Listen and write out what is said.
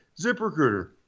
ZipRecruiter